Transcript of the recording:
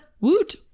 Woot